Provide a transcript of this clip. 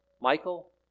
Michael